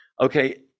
Okay